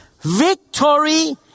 victory